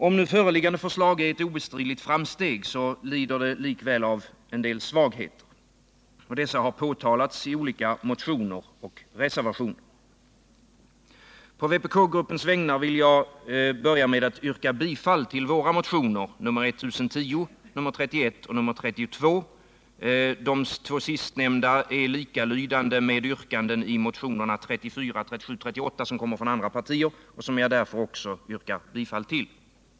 Om nu föreliggande förslag är ett obestridligt framsteg, lider det likväl av en del svagheter. Dessa påtalas i olika motioner och reservationer. På vpk-gruppens vägnar vill jag börja med att yrka bifall till våra motioner 1978 79:30 och 31. De två senare har samma yrkande som motionerna 34, 37 och 38, som kommer från andra partier och som jag också yrkar bifall till.